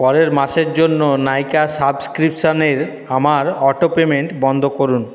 পরের মাসের জন্য নাইকা সাবস্ক্রিপশানের আমার অটো পেমেন্ট বন্ধ করুন